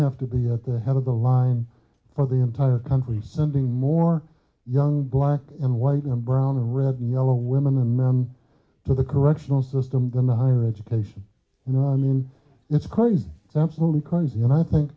have to be at the head of the line for the entire country sending more young black and white and brown red and yellow women and men to the correctional system than the higher education you know i mean it's crazy that's really crazy and i think